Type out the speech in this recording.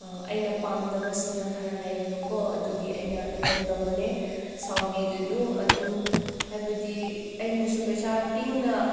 ꯑꯩꯅ ꯄꯥꯝꯗꯕ ꯏꯁꯃꯦꯜ ꯈꯔ ꯂꯩꯑꯕ ꯀꯣ ꯑꯗꯨꯒꯤ ꯑꯩꯅ ꯔꯤꯇꯔꯟ ꯇꯧꯕꯅꯦ ꯁꯥꯎꯕꯤꯒꯅꯨ ꯑꯗꯨ ꯍꯥꯏꯕꯗꯤ ꯑꯩꯅꯁꯨ ꯄꯩꯁꯥ ꯇꯤꯡꯅ